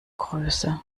größe